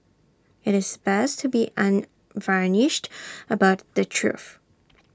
IT is best to be unvarnished about the truth